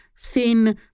thin